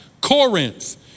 Corinth